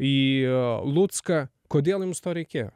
į lucką kodėl jums to reikėjo